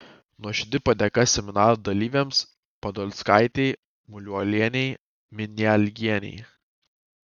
nuoširdi padėka seminaro dalyvėms podolskaitei muliuolienei minialgienei